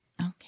Okay